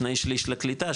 שני שליש לקליטה,